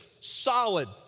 solid